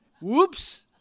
Whoops